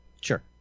Sure